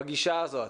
בגישה הזאת,